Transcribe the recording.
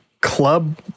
club